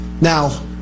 Now